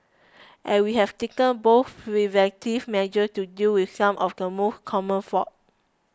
and we have taken both preventive measures to deal with some of the most common faults